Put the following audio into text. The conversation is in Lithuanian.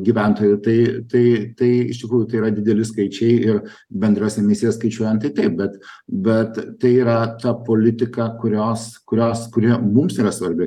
gyventojų tai tai tai iš tikrųjų tai yra dideli skaičiai ir bendras emisijos skaičiuojant tai taip bet bet tai yra ta politika kurios kurios kuri mums yra svarbi